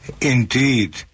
Indeed